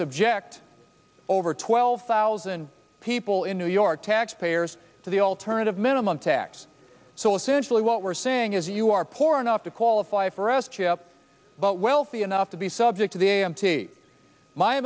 subject over twelve thousand people in new york taxpayers to the alternative minimum tax so essentially what we're saying is you are poor enough to qualify for s chip but wealthy enough to be subject to